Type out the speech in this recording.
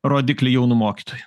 rodiklį jaunų mokytojų